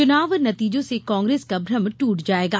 चुनाव नतीजों से कांग्रेस का भ्रम ट्रट जाएगा